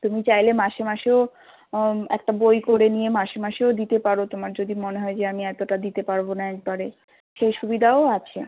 তুমি চাইলে মাসে মাসেও একটা বই করে নিয়ে মাসে মাসেও দিতে পারো তোমার যদি মনে হয় যে আমি এতোটা দিতে পারবো না একবারে সেই সুবিধাও আছে